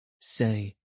Say